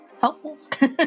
helpful